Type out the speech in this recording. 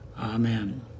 amen